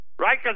Right